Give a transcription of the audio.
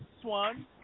Swan